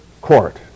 court